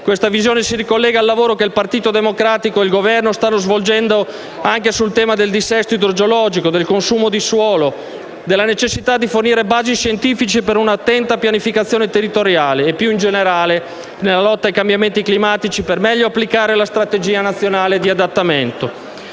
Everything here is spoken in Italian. Questa visione si ricollega al lavoro che il Partito Democratico e il Governo stanno svolgendo anche sul tema del dissesto idrogeologico, del consumo di suolo, della necessità di fornire basi scientifiche per una attenta pianificazione territoriale e, più in generale, nella lotta ai cambiamenti climatici, per meglio applicare la strategia nazionale di adattamento.